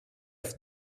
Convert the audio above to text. have